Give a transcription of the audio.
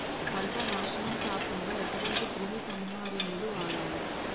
పంట నాశనం కాకుండా ఎటువంటి క్రిమి సంహారిణిలు వాడాలి?